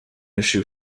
issue